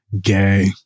Gay